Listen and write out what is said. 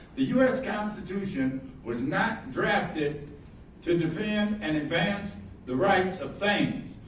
the u s. constitution was not drafted to defend and advance the rights of things.